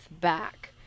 back